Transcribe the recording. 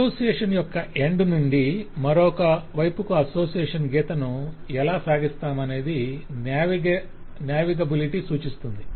association యొక్క ఒక end నుండి మరొక వైపుకు అసోసియేషన్ గీత ను ఎలా సాగిస్తామనేది నావిగబిలిటీ సూచిస్తుంది